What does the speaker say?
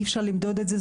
אי אפשר למדוד את זה,